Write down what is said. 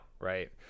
right